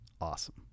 Awesome